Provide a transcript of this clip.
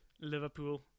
Liverpool